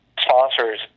sponsors